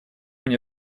мне